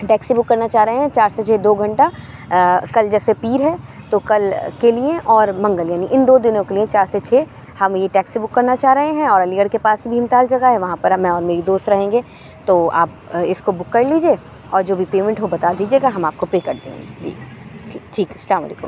taxi book کرنا چاہ رہے ہیں چار سے چھ دو گھنٹہ کل جیسے پیر ہے تو کل کے لیے اور منگل یعنی اِن دو دِنوں کے لیے چار سے چھ ہم یہ ٹیکسی بک کرنا چاہ رہے ہیں اور علی گڑھ کے پاس بھیم تال جگہ ہے وہاں پر میں اور میری دوست رہیں گے تو آپ اِس کو بک کر لیجیے اور جو بھی پیمنٹ ہو بتا دیجیے گا ہم آپ کو پے کر دیں گے جی ٹھیک السّلام علیکم